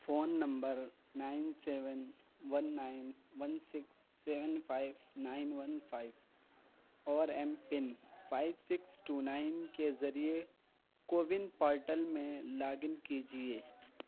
phone number nine seven one nine one six seven five nine one five اور M PIN five six two nine کے ذریعے CoWIN portal میں log in کیجیے